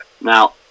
Now